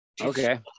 Okay